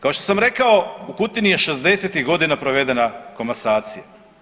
Kao što sam rekao u Kutini je 60-tih godina provedena komasacija.